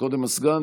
נמנעים.